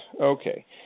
Okay